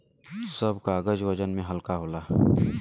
सब कागज वजन में हल्का होला